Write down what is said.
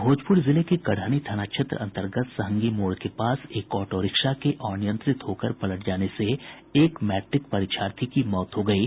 भोजपुर जिले के गढ़हनी थाना क्षेत्र अंतर्गत सहंगी मोड़ के पास एक ऑटोरिक्शा के अनियंत्रित होकर पलट जाने से एक मैट्रिक परीक्षार्थी की मौत हो गयी